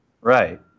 Right